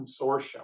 consortium